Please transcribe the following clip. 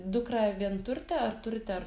dukrą vienturtę ar turite ar